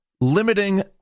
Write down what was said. limiting